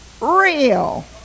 real